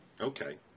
Okay